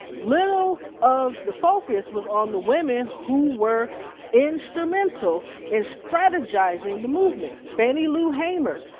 little of the focus was on the women who were instrumental in strategizing the movement. fannie lou hamer,